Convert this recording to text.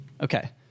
Okay